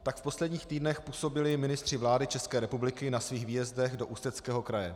Tak v posledních týdnech působili ministři vlády České republiky na svých výjezdech do Ústeckého kraje.